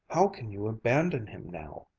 how can you abandon him now!